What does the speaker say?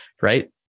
right